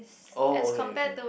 oh okay okay